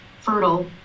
fertile